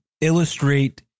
illustrate